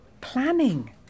Planning